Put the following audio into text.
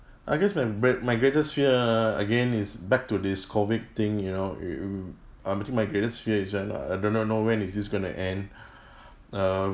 I guess my great my greatest fear again is back to this COVID thing you know y~ you uh I think my greatest fear is just I do not know when is this going to end err